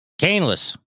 Caneless